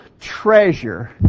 treasure